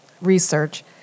research